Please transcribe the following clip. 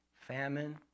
famine